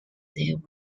that